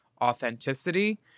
authenticity